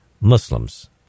Muslims